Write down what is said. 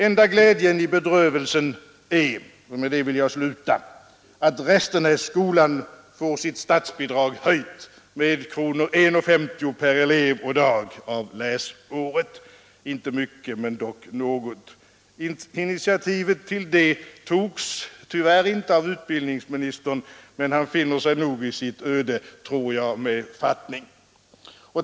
Enda glädjen i bedrövelsen är — och med det vill jag sluta — att Restenässkolan får sitt statsbidrag höjt med 1:50 kronor per elev och dag av läsåret — inte mycket, men dock något. Initiativet till det togs tyvärr inte av utbildningsministern, men jag tror att han finner sig i sitt öde med fattning.